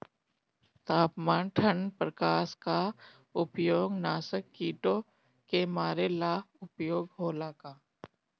तापमान ठण्ड प्रकास का उपयोग नाशक कीटो के मारे ला उपयोग होला का?